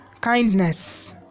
kindness